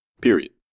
period